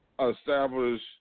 establish